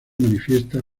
manifiestan